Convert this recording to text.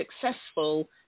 successful